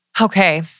Okay